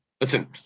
Listen